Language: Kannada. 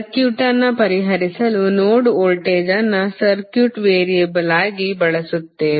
ಸರ್ಕ್ಯೂಟ್ ಅನ್ನು ಪರಿಹರಿಸಲು ಇಲ್ಲಿ ನೋಡ್ ವೋಲ್ಟೇಜ್ ಅನ್ನು ಸರ್ಕ್ಯೂಟ್ ವೇರಿಯಬಲ್ ಆಗಿ ಬಳಸುತ್ತೇವೆ